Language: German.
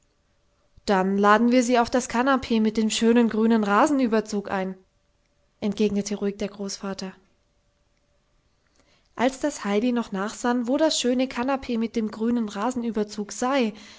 dann laden wir sie auf das kanapee mit dem schönen grünen rasenüberzug ein entgegnete ruhig der großvater als das heidi noch nachsann wo das schöne kanapee mit dem grünen rasenüberzug sei